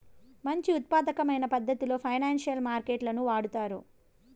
మంచి ఉత్పాదకమైన పద్ధతిలో ఫైనాన్సియల్ మార్కెట్ లను వాడుతారు